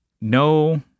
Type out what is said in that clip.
No